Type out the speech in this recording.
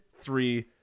three